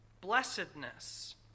blessedness